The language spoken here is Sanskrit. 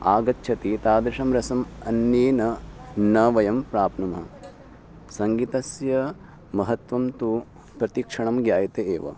आगच्छति तादृशं रसम् अन्येन न वयं प्राप्नुमः सङ्गीतस्य महत्वं तु प्रतिक्षणं ज्ञायते एव